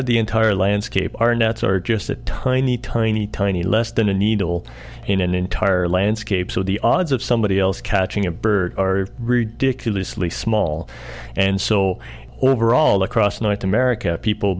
at the entire landscape arnett's are just a tiny tiny tiny less than a needle in an entire landscape so the odds of somebody else catching a bird are ridiculously small and so overall across north america people